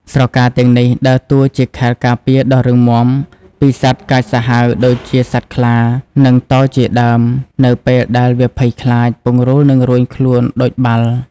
ស្រកាទាំងនេះដើរតួជាខែលការពារដ៏រឹងមាំពីសត្វកាចសាហាវដូចជាសត្វខ្លា និងតោជាដើម នៅពេលដែលវាភ័យខ្លាច ពង្រូលនឹងរួញខ្លួនដូចបាល់។